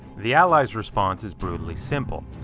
the allies response is brutally simple.